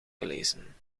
gelezen